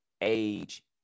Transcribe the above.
age